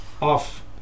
Off